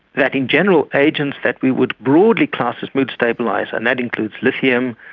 that in general agents that we would broadly class as mood stabiliser, and that includes lithium,